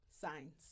Signs